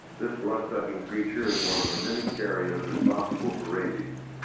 this blood-sucking creature is one of the many carriers responsible for rabies.